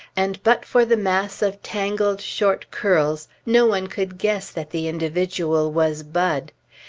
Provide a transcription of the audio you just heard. and but for the mass of tangled short curls no one could guess that the individual was bud.